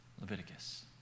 Leviticus